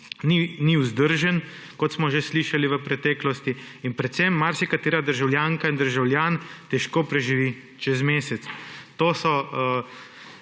ni vzdržen, kot smo že slišali v preteklosti; in predvsem marsikatera državljanka in državljan težko preživi čez mesec. To so